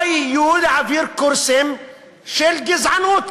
פה יעבירו קורסים של גזענות,